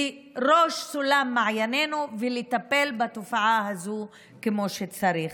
לראש מעיינינו, ולטפל בתופעה הזאת כמו שצריך.